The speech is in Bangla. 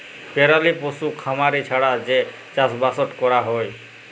পেরালি পশু খামারি ছাড়া যে চাষবাসট ক্যরা হ্যয়